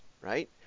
right